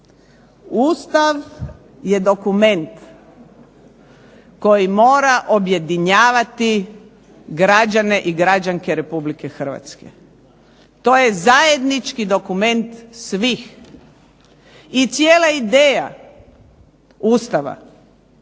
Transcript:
Ustav je dokument koji mora objedinjavati građane i građanke Republike Hrvatske. To je zajednički dokument svih i cijela ideja Ustava